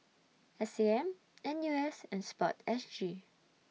S A M N U S and Sport S G